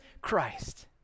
Christ